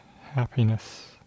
happiness